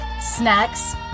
Snacks